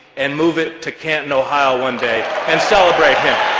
and move it to canton, ohio one day, and celebrate him.